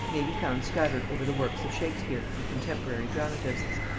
may be found scattered over the works of shakespeare and contemporary dramatists.